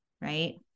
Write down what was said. Right